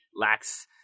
lacks